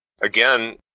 again